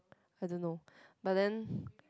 I don't know but then